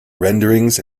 renderings